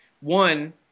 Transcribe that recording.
One